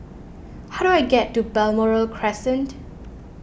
how do I get to Balmoral Crescent